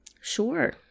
Sure